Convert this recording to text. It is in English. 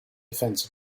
defense